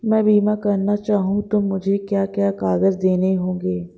मैं बीमा करना चाहूं तो मुझे क्या क्या कागज़ देने होंगे?